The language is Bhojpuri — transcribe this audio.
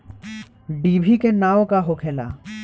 डिभी के नाव का होखेला?